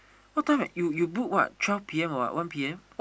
what time you you book what twelve P_M or what one P_M